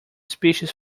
species